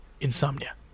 insomnia